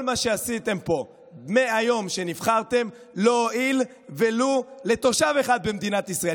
כל מה שעשיתם פה מהיום שנבחרתם לא הועיל ולו לתושב אחד במדינת ישראל.